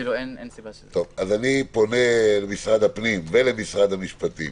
אני פונה למשרד הפנים ולמשרד המשפטים: